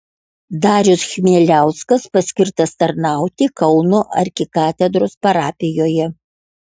darius chmieliauskas paskirtas tarnauti kauno arkikatedros parapijoje